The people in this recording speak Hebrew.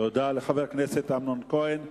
תודה לחבר הכנסת אמנון כהן.